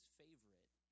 favorite